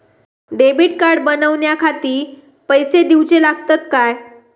Debit card बनवण्याखाती पैसे दिऊचे लागतात काय?